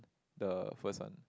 the first one